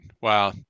wow